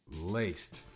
Laced